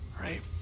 right